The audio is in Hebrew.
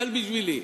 קל בשבילי.